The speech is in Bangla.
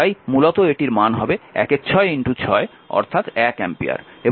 তাই মূলত এটির মান হবে ⅙ 6 অর্থাৎ 1 অ্যাম্পিয়ার